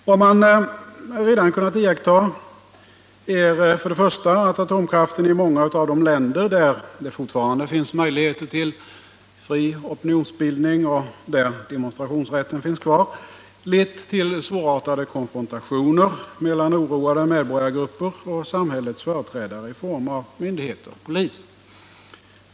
Man har redan kunnat iaktta för det första att atomkraften i många av de länder, där det fortfarande finns möjligheter till fri opinionsbildning och där demonstrationsrätten finns kvar, lett till svårartade konfrontationer mellan oroade medborgargrupper och samhällets företrädare i form av myndigheter och polis.